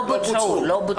לא בוצעו.